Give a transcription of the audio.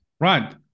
Right